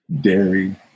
Dairy